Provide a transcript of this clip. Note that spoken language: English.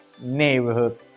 neighborhood